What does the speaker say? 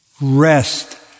rest